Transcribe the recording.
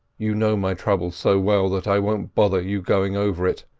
you know my trouble so well that i won't bother you going over it,